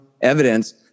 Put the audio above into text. evidence